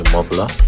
Mobler